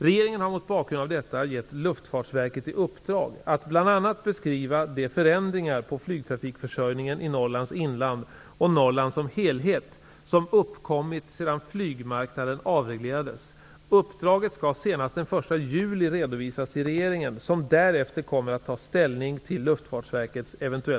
Regeringen har mot bakgrund av detta givit Luftfartsverket i uppdrag att bl.a. beskriva de förändringar av flygtrafikförsörjningen i Norrlands inland och Norrland som helhet som uppkommit sedan flygmarknaden avreglerades. Uppdraget skall senast den 1 juli redovisas till regeringen, som därefter kommer att ta ställning till